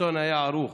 הסרטון היה ערוך.